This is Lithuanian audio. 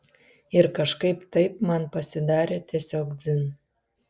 ir kažkaip taip man pasidarė tiesiog dzin